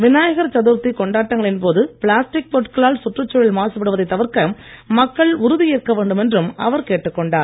விநாயகர் சதுர்த்தி கொண்டாட்டங்களின் போது பிளாஸ்டிக் பொருட்களால் சுற்றுச்சூழல் மாசுபடுவதை தவிர்க்க மக்கள் உறுதி ஏற்க வேண்டும் என்றும் அவர் கேட்டுக் கொண்டார்